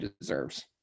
deserves